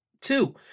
Two